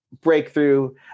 breakthrough